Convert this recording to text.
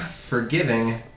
forgiving